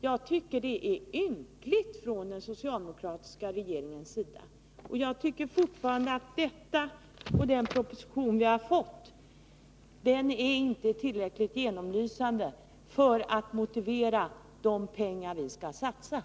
Jag tycker att det är ynkligt av den socialdemokratiska regeringen, och jag tycker fortfarande att den proposition vi har fått inte är tillräckligt genomlysande för att motivera de pengar som skall satsas.